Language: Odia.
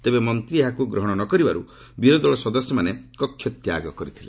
ତେବେ ମନ୍ତ୍ରୀ ଏହାକୁ ଗ୍ରହଣ ନ କରିବାରୁ ବିରୋଧୀ ଦଳର ସଦସ୍ୟମାନେ କକ୍ଷତ୍ୟାଗ କରିଥିଲେ